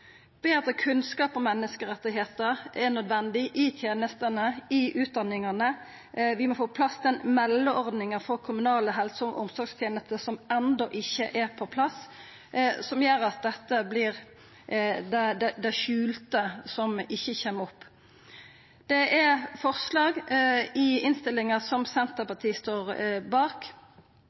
Betre kunnskap om menneskerettar er nødvendig i tenestene, i utdanningane. Vi må få på plass den meldeordninga for kommunale helse- og omsorgstenester som enda ikkje er på plass, som gjer at dette vert det skjulte som ikkje kjem opp. I innstillinga er det forslag som bl.a. Senterpartiet står bak,